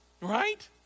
right